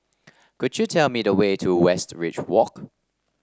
could you tell me the way to Westridge Walk